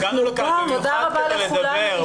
תודה רבה לכולם.